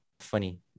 funny